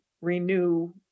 renew